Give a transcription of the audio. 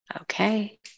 Okay